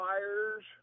Fires